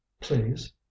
Please